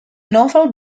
novel